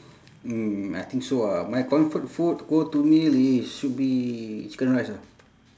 mm I think so ah my comfort food go to meal is should be chicken rice ah